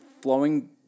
flowing